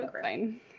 fine